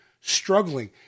struggling